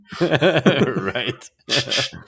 Right